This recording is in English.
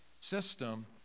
system